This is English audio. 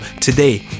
today